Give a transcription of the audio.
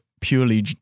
purely